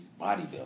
bodybuilding